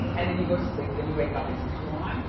and then you go to sleep, then you wake up, it's still on.